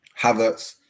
Havertz